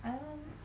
um